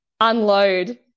unload